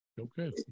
Okay